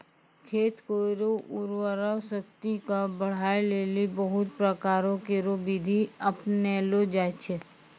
खेत केरो उर्वरा शक्ति क बढ़ाय लेलि बहुत प्रकारो केरो बिधि अपनैलो जाय छै